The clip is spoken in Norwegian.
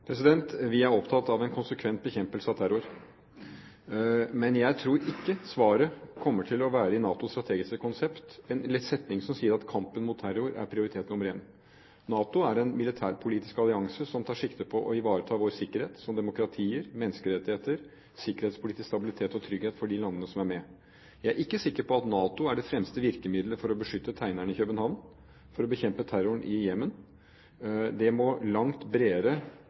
Vi er opptatt av en konsekvent bekjempelse av terror, men jeg tror ikke svaret i NATOs strategiske konsept kommer til å være en setning som sier at kampen mot terror er prioritet nr. 1. NATO er en militærpolitisk allianse som tar sikte på å ivareta vår sikkerhet som demokratier, menneskerettighetene, sikkerhetspolitisk stabilitet og trygghet for de landene som er med. Jeg er ikke sikker på at NATO er det fremste virkemiddelet for å beskytte tegneren i København og for å bekjempe terroren i Jemen. Det må langt bredere